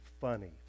funny